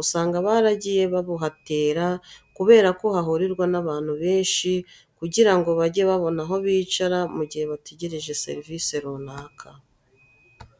usanga baragiye babuhatera kubera ko hahurirwa n'abantu benshi kugira ngo bajye babona aho bicara mu gihe bategereje serivise runaka.